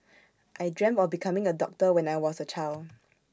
I dreamt of becoming A doctor when I was A child